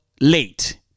late